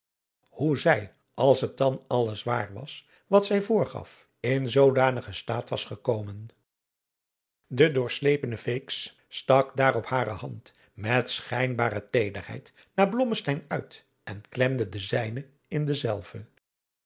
hoe zij als het dan alles waar was wat zij voorgaf in zoodanigen staat was gekomen de doorslepene feeks stak daarop hare hand met schijnbare teederheid naar blommesteyn uit en klemde de zijne in dezelve